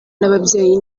n’ababyeyi